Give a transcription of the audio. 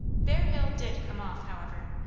bear hill did come off, however.